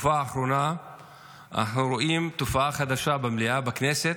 בתקופה האחרונה אנחנו רואים תופעה חדשה במליאה בכנסת,